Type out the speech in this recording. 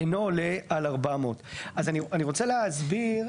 אינו עולה על 400;"; אז אני רוצה להסביר,